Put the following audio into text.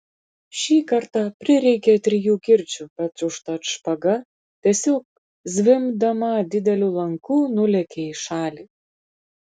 šį kartą prireikė trijų kirčių bet užtat špaga tiesiog zvimbdama dideliu lanku nulėkė į šalį